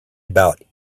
about